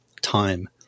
time